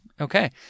Okay